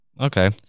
Okay